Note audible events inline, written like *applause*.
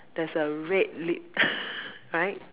there's a red lip *laughs* right